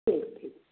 ठीक छै